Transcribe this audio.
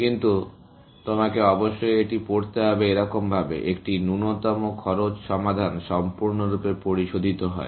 কিন্তু তোমাকে অবশ্যই এটি পড়তে হবে এরকম ভাবে একটি ন্যূনতম খরচ সমাধান সম্পূর্ণরূপে পরিশোধিত হয়